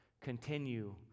continue